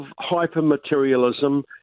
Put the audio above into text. hyper-materialism